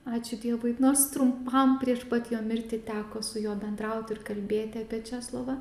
ačiū dievui nors trumpam prieš pat jo mirtį teko su juo bendrauti ir kalbėti apie česlovą